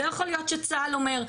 לא יכול להיות שצה"ל אומר,